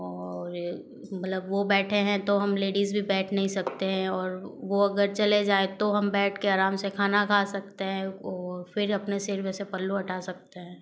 और मतलब वो बैठे हैं तो हम लेडिस भी बैठ नहीं सकते हैं और वो अगर चले जाए तो हम बैठ के आराम से खाना खा सकते हैं और फिर अपने सिर पर से पल्लू हटा सकते हैं